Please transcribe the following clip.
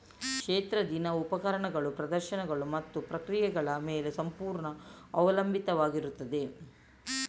ಕ್ಷೇತ್ರ ದಿನವು ಉಪಕರಣಗಳು, ಪ್ರದರ್ಶನಗಳು ಮತ್ತು ಪ್ರಕ್ರಿಯೆಗಳ ಮೇಲೆ ಸಂಪೂರ್ಣ ಅವಲಂಬಿತವಾಗಿರುತ್ತದೆ